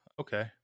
Okay